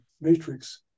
matrix